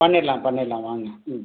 பண்ணிடலாம் பண்ணிடலாம் வாங்க ம்